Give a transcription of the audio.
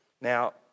Now